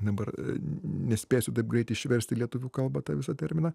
dabar nespėsiu taip greit išversti į lietuvių kalba tą visą terminą